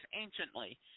anciently